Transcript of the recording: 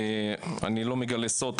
אני לא מגלה סוד,